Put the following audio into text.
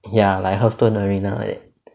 ya like hearthstone arena like that